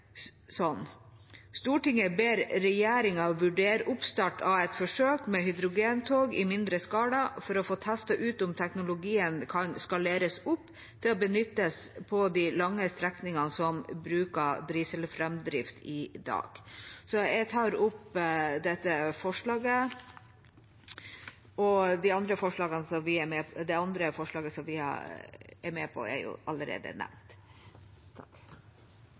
forsøk med hydrogentog i mindre skala, for å få teste ut om teknologien kan skaleres opp til og benyttes på de lange strekningene som bruker dieselfremdrift i dag.» Jeg tar opp dette forslaget. Det andre forslaget som vi er med på, er allerede nevnt. Representanten Siv Mossleth har tatt opp det forslaget hun refererte. Politikk er underlige greier. Det er